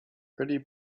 pretty